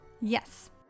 yes